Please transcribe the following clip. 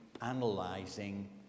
analyzing